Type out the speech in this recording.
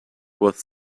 was